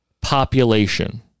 population